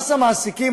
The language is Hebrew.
מס המעסיקים,